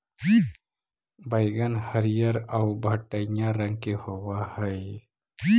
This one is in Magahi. बइगन हरियर आउ भँटईआ रंग के होब हई